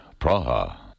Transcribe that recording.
Praha